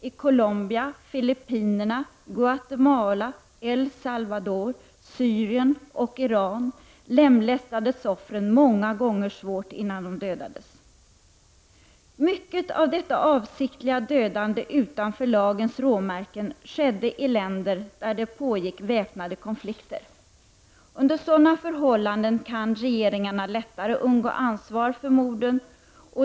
I Colombia, Filippinerna, Guatemala, El Salvador, Syrien och Iran lemlästades offren många gånger svårt innan de dödades. Mycket av detta avsiktliga dödande utanför lagens råmärken skedde i länder där det pågick väpnade konflikter. Under sådana förhållanden kan regeringarna lättare undgå ansvar för morden.